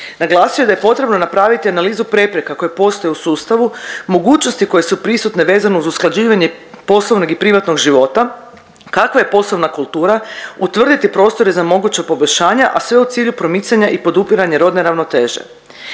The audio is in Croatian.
Naglasio je da je potrebno napraviti analizu prepreka koje postoje u sustavu, mogućnosti koje su prisutne vezano uz usklađivanje poslovnog i privatnog života, kakva je poslovna kultura, utvrditi prostore za moguća poboljšanja, a sve u cilju promicanja i podupiranja rodne ravnoteže.